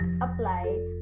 apply